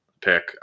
pick